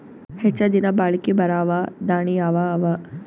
ಹೆಚ್ಚ ದಿನಾ ಬಾಳಿಕೆ ಬರಾವ ದಾಣಿಯಾವ ಅವಾ?